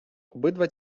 обидва